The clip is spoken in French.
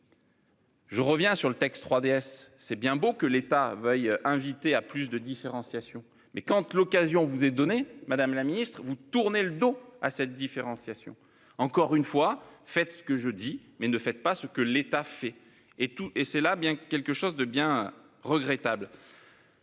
Je reviens sur le texte 3DS. C'est bien beau, que l'État veuille invité à plus de différenciation mais quand tu l'occasion vous est donnée. Madame la Ministre vous tournez le dos à cette différenciation encore une fois, faites ce que je dis, mais ne faites pas ce que l'État fait et tout et c'est là bien quelque chose de bien regrettable.